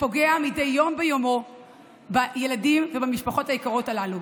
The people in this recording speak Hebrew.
ופוגע מדי יום ביומו בילדים ובמשפחות היקרות הללו.